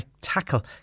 tackle